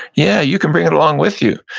yeah. you can bring it along with you.